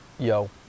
Yo